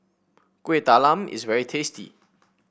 Kueh Talam is very tasty